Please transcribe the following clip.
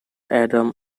adam